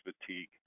fatigue